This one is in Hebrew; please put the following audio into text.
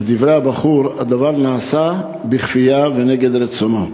לדברי הבחור, הדבר נעשה בכפייה ונגד רצונו.